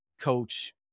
coach